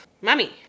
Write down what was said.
mummy